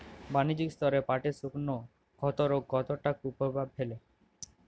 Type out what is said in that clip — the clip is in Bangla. বাণিজ্যিক স্তরে পাটের শুকনো ক্ষতরোগ কতটা কুপ্রভাব ফেলে?